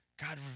God